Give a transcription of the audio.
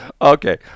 Okay